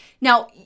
Now